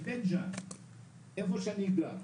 בבית ג'אן איפה שאני גר,